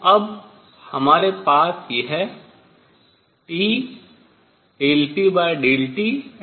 तो अब हमारे पास यह T∂p∂TVT3∂u∂TV4u3 है